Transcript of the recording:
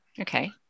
okay